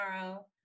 tomorrow